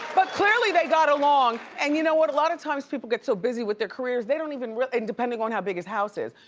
but clearly they got along and you know what a lot of times people get so busy with there careers they don't even really and depending on how big his house is.